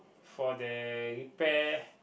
for the repair